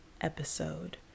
episode